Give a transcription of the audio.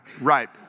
ripe